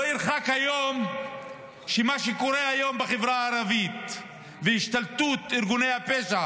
לא ירחק היום שמה שקורה היום בחברה הערבית והשתלטות ארגוני הפשע